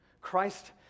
Christ